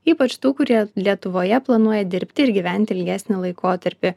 ypač tų kurie lietuvoje planuoja dirbti ir gyventi ilgesnį laikotarpį